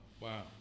wow